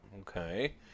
Okay